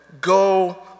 go